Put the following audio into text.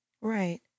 Right